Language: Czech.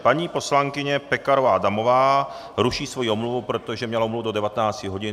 Paní poslankyně Pekarová Adamová ruší svoji omluvu, protože měla omluvu do 19 hodin.